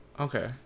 Okay